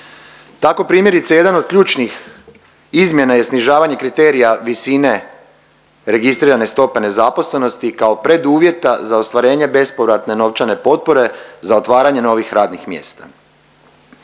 Tako primjerice jedan od ključnih izmjena je snižavanje kriterija visine registrirane stope nezaposlenosti kao preduvjeta za ostvarenje bespovratne novčane potpore za otvaranje novih radnih mjesta.